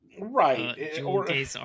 right